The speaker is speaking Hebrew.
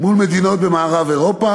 מול מדינות במערב-אירופה,